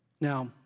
Now